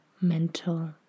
mental